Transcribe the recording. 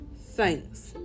thanks